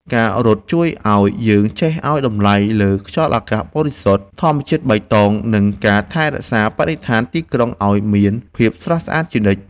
ការរត់ជួយឱ្យយើងចេះឱ្យតម្លៃលើខ្យល់អាកាសបរិសុទ្ធ ធម្មជាតិបៃតង និងការថែរក្សាបរិស្ថានទីក្រុងឱ្យមានភាពស្រស់ស្អាតជានិច្ច។